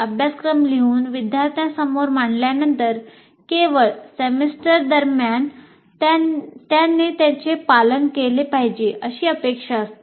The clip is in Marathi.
अभ्यासक्रम लिहून विद्यार्थ्यांसमोर मांडल्यानंतर केवळ सेमेस्टर दरम्यान त्याने त्याचे पालन केले पाहिजे अशी अपेक्षा असते